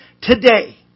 today